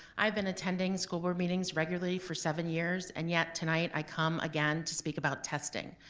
i've been attending school board meetings regularly for seven years and yet tonight, i come again to speak about testing.